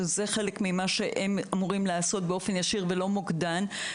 שזה חלק ממה שהם אמורים לעשות באופן ישיר ולא מוקדן,